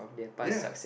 ya